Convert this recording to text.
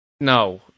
No